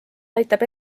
aitab